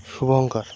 Shubhankar